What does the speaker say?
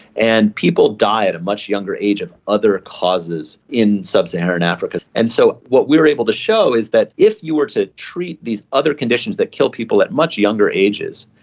and people die at a much younger age of other causes in sub-saharan africa. and so what we were able to show is that if you were able to treat these other conditions that kill people at much younger ages,